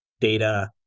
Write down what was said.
data